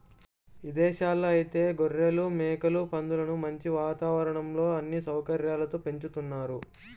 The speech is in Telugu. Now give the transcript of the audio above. ఇదేశాల్లో ఐతే గొర్రెలు, మేకలు, పందులను మంచి వాతావరణంలో అన్ని సౌకర్యాలతో పెంచుతున్నారు